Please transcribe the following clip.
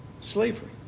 Slavery